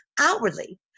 outwardly